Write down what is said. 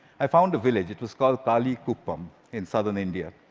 i found a village. it was called kallikuppam in southern india.